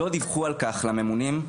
לא דיווחו על כך לממונים,